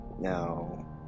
now